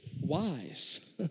wise